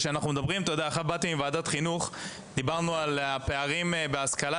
עכשיו באתי מוועדת חינוך ודיברנו על הפערים בהשכלה,